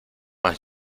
has